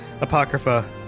Apocrypha